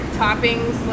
toppings